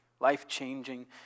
life-changing